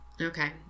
Okay